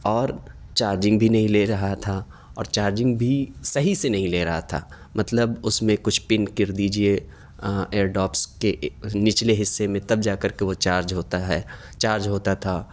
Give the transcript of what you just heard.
اور چارجنگ بھی نہیں لے رہا تھا اور چارجنگ بھی صحیح سے نہیں لے رہا تھا مطلب اس میں کچھ پن کر دیجیے ائیر ڈوپس کے نچلے حصے میں تب جا کر کے وہ چارج ہوتا ہے چارج ہوتا تھا